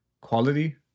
quality